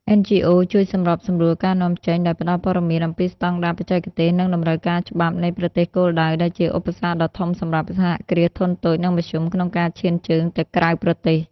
NGOs ជួយសម្របសម្រួលការនាំចេញដោយផ្ដល់ព័ត៌មានអំពីស្ដង់ដារបច្ចេកទេស និងតម្រូវការច្បាប់នៃប្រទេសគោលដៅ ដែលជាឧបសគ្គដ៏ធំសម្រាប់ សហគ្រាសធុនតូច និងមធ្យម ក្នុងការឈានជើងទៅក្រៅប្រទេស។